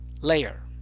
Layer